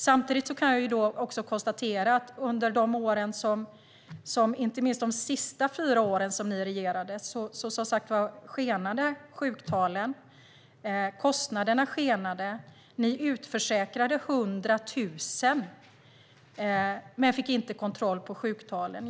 Samtidigt kan jag konstatera att under de år som ni regerade, inte minst de sista fyra åren, skenade sjuktalen och kostnaderna. Ni utförsäkrade 100 000 personer men fick inte kontroll på sjuktalen.